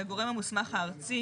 שהגורם המוסמך הארצי,